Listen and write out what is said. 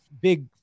big